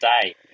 day